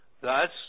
Thus